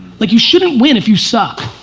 like you shouldn't win if you suck.